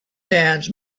sands